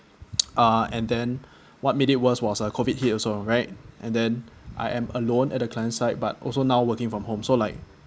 uh and then what made it worse was COVID hit also right and then I am alone at the client side but also now working from home so like